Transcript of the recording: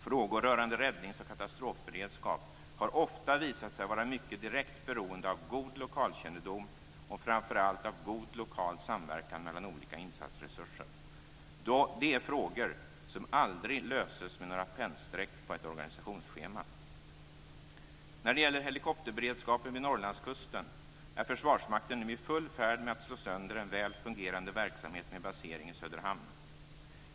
Frågor rörande räddnings och katastrofberedskap har ofta visat sig vara mycket direkt beroende av god lokalkännedom och framför allt av god lokal samverkan mellan olika insatsresurser. Det är frågor som aldrig löses med några pennstreck på ett organisationsschema. När det gäller helikopterberedskapen vid Norrlandskusten är försvarsmakten nu i full färd med att slå sönder en väl fungerande verksamhet med basering i Söderhamn.